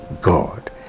God